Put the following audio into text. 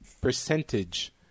percentage